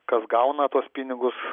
kas gauna tuos pinigus